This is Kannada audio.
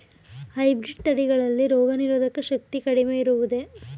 ಹೈಬ್ರೀಡ್ ತಳಿಗಳಲ್ಲಿ ರೋಗನಿರೋಧಕ ಶಕ್ತಿ ಕಡಿಮೆ ಇರುವುದೇ?